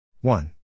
one